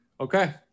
Okay